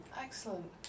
Excellent